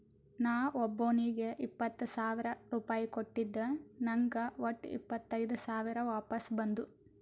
ನಾ ಒಬ್ಬೋನಿಗ್ ಇಪ್ಪತ್ ಸಾವಿರ ರುಪಾಯಿ ಕೊಟ್ಟಿದ ನಂಗ್ ವಟ್ಟ ಇಪ್ಪತೈದ್ ಸಾವಿರ ವಾಪಸ್ ಬಂದು